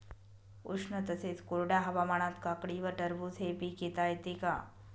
उष्ण तसेच कोरड्या हवामानात काकडी व टरबूज हे पीक घेता येते का?